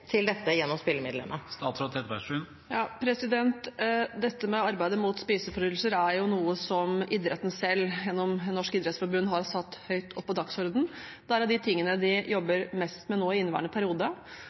til dette gjennom spillemidlene? Dette med arbeidet mot spiseforstyrrelser er noe som idretten selv, gjennom Norges idrettsforbund, har satt høyt opp på dagsordenen. Det er av de tingene de